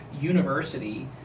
university